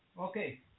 Okay